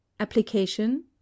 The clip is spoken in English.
Application